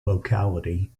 locality